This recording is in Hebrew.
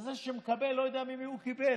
וזה שמקבל לא יודע ממי הוא קיבל.